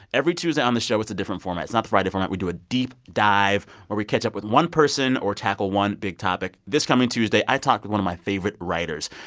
every tuesday on this show, it's a different format. it's not the friday format. we do a deep dive where we catch up with one person or tackle one big topic. this coming tuesday, i talk to one of my favorite writers.